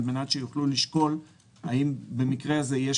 על מנת שיוכלו לשקול האם במקרה הזה יש